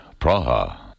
Praha